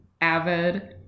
avid